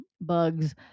bugs